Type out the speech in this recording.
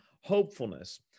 hopefulness